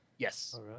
Yes